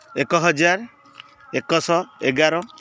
ଏକ ହଜାର ଏକଶହ ଏଗାର